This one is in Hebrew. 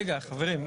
רגע חברים.